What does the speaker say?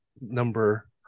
number